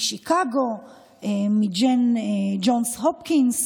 משיקגו, מג'ונס הופקינס,